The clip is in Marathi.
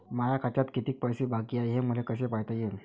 माया खात्यात किती पैसे बाकी हाय, हे मले कस पायता येईन?